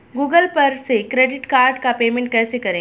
Google पर से credit card का पेमेंट कैसे करें?